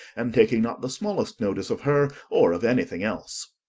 and taking not the smallest notice of her or of anything else.